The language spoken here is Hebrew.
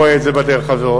רואה את זה בדרך הזאת.